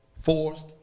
forced